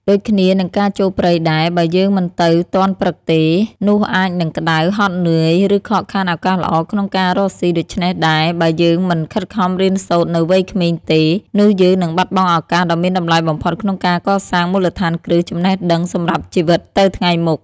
ដូចគ្នានឹងការចូលព្រៃដែរ បើយើងមិនទៅទាន់ព្រឹកទេ នោះអាចនឹងក្តៅ ហត់នឿយ ឬខកខានឱកាសល្អក្នុងការរកស៊ី ដូច្នោះដែរ បើយើងមិនខិតខំរៀនសូត្រនៅវ័យក្មេងទេ នោះយើងនឹងបាត់បង់ឱកាសដ៏មានតម្លៃបំផុតក្នុងការកសាងមូលដ្ឋានគ្រឹះចំណេះដឹងសម្រាប់ជីវិតទៅថ្ងៃមុខ។